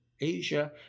Asia